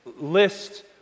list